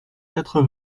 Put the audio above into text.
quatre